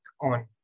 on